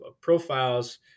profiles